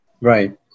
right